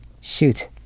Shoot